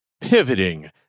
Pivoting